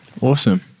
awesome